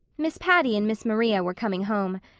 miss patty and miss maria were coming home,